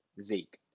Zeke